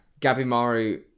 Gabimaru